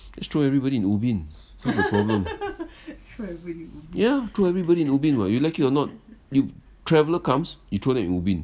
just throw everybody in ubin solve the problem yeah throw everybody in ubin [what] you like or not you traveller comes throw them in ubin